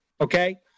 Okay